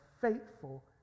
faithful